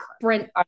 Brent